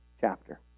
chapter